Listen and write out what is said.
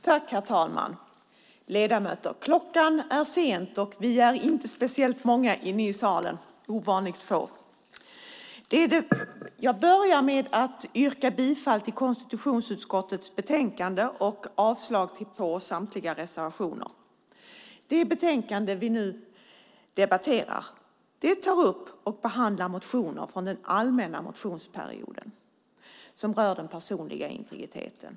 Herr talman! Ledamöter! Klockan är mycket, och vi är inte speciellt många i salen. Vi är ovanligt få. Jag börjar med att yrka bifall till förslaget i konstitutionsutskottets betänkande och avslag på samtliga reservationer. Det betänkande vi nu debatterar tar upp och behandlar motioner från den allmänna motionsperioden som rör den personliga integriteten.